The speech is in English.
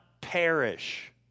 perish